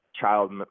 child